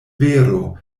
vero